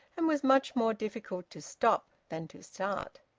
and was much more difficult to stop than to start.